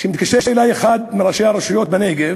מתקשר אלי אחד מראשי הרשויות בנגב